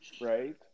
right